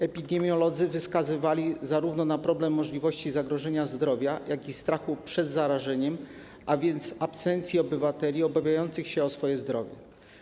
Epidemiolodzy wskazywali zarówno na możliwość zagrożenia zdrowia, jak i strach przed zarażeniem, a więc ryzyko absencji obywateli obawiających się o swoje zdrowie.